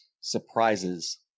surprises